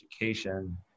education